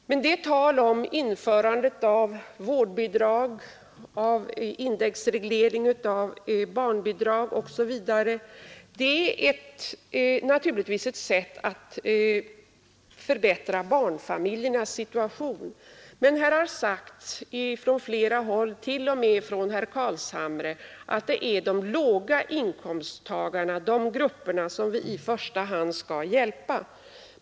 Införandet av vårdbidrag, indexregleringen av barnbidrag osv. är naturligtvis åtgärder för att förbättra barnfamiljernas situation. Här har sagts från flera håll, t.o.m. av herr Carlshamre, att det är de låga inkomsttagarna som vi i första hand skall hjälpa.